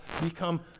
become